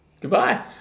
goodbye